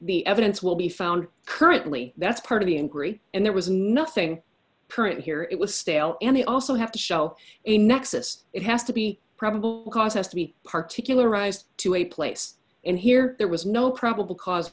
the evidence will be found currently that's part of the inquiry and there was nothing print here it was stale and they also have to show a nexus it has to be probable cause has to be particularly rise to a place and here there was no probable cause